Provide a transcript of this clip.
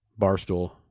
Barstool